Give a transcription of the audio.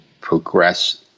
progress